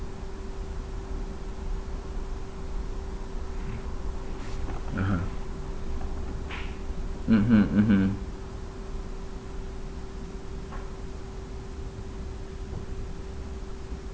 (uh huh) mmhmm mmhmm